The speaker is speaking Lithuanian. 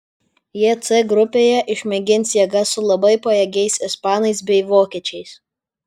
jie c grupėje išmėgins jėgas su labai pajėgiais ispanais bei vokiečiais